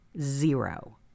zero